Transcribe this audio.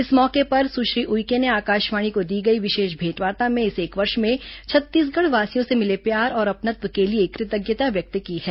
इस मौके पर सुश्री उड़के ने आकाशवाणी को दी गई विशेष मेंटवार्ता में इस एक वर्ष में छत्तीसगढवासियों से मिले प्यार और अपनत्व के लिए कृतज्ञता व्यक्त की है